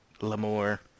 L'Amour